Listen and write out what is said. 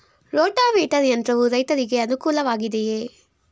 Rotavator ಯಂತ್ರವು ರೈತರಿಗೆ ಅನುಕೂಲ ವಾಗಿದೆಯೇ?